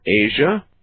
Asia